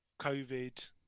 COVID